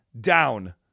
down